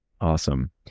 Awesome